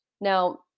Now